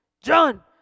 John